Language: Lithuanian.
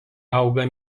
auga